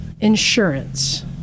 insurance